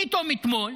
פתאום, אתמול